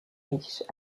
riche